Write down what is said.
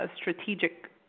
Strategic